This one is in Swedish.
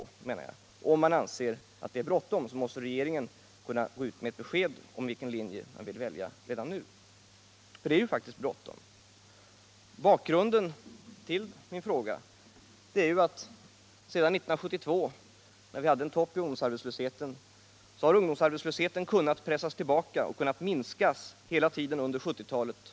Om regeringen anser att det är bråttom måste den redan nu kunna gå ut med ett besked om vilken linje den vill välja. Och det är faktiskt bråttom. Bakgrunden till min fråga är att ungdomsarbetslösheten sedan 1972, då den uppvisade en topp, har kunnat pressas tillbaka och minskas under hela 1970-talet.